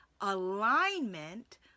alignment